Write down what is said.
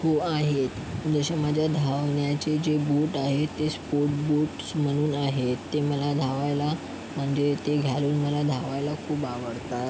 हो आहेत जसे माझे धावण्याचे जे बूट आहे ते स्पोर्ट बूट्स म्हणून आहेत ते मला धावायला म्हणजे ते घालून मला धावायला खूप आवडतात